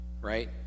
Right